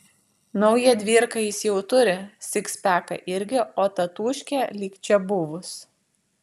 naują dvyrką jis jau turi sikspeką irgi o tatūškė lyg čia buvus